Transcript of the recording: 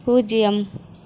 பூஜ்ஜியம்